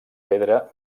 pedra